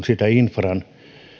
sitä infran